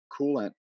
coolant